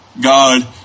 God